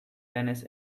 tennis